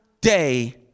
day